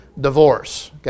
divorce